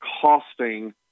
costing